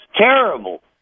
terrible